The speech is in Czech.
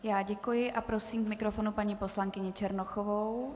Já děkuji a prosím k mikrofonu paní poslankyni Černochovou.